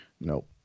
Nope